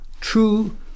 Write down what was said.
true